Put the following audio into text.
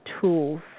tools